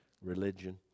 religion